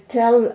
tell